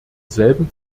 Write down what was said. selben